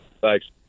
Thanks